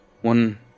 One